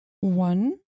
One